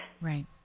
Right